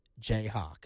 Jayhawk